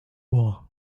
war